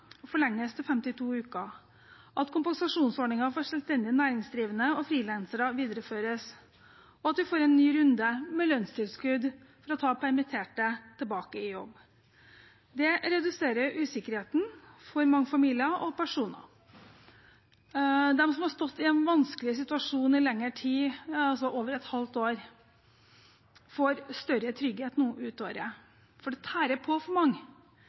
forlenges til 52 uker, at kompensasjonsordningen for selvstendig næringsdrivende og frilansere videreføres, og at vi får en ny runde med lønnstilskudd for å ta permitterte tilbake i jobb. Det reduserer usikkerheten for mange familier og personer. De som har stått i en vanskelig situasjon i lengre tid, altså over et halvt år, får nå større trygghet ut året. For dette tærer på mange;